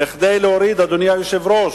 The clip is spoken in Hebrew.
כדי להוריד, אדוני היושב-ראש,